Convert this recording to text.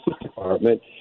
Department